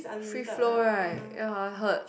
free flow right ya I heard